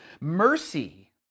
Mercy